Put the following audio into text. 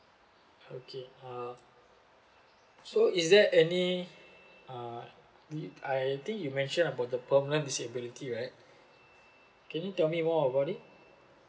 okay uh so is there any uh did I think you mentioned about the permanent disability right can you tell me more about it